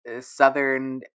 southern